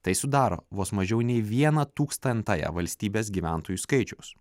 tai sudaro vos mažiau nei vieną tūkstantąją valstybės gyventojų skaičiaus